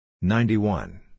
ninety-one